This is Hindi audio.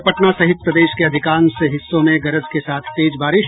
और पटना सहित प्रदेश के अधिकांश हिस्सों में गरज के साथ तेज बारिश